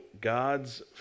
God's